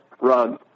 rug